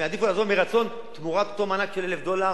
הם יעדיפו לעזוב מרצון תמורת אותו מענק של 1,000 דולר,